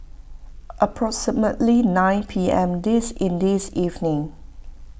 approximately nine P M this in this evening